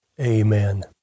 Amen